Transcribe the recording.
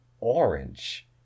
orange